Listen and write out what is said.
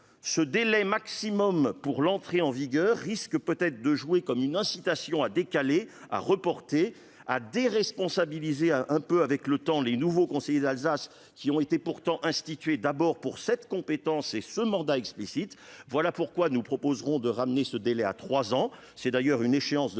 Ce délai maximum pour l'entrée en vigueur risque de jouer comme une incitation à décaler, à reporter, à déresponsabiliser avec le temps les nouveaux conseillers d'Alsace, qui ont pourtant été institués en premier lieu pour cette compétence et ce mandat explicites. Voilà pourquoi nous proposons de ramener ce délai à trois ans.